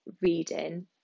reading